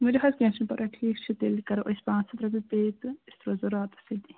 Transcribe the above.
ؤلِو حظ کیٚنٛہہ چھُنہٕ پَرواے ٹھیٖک چھُ تیٚلہِ کَرو أسۍ پانٛژھ ہَتھ رۄپیہِ پیٚے تہٕ أسۍ روزو راتَس أتی